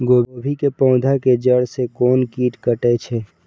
गोभी के पोधा के जड़ से कोन कीट कटे छे?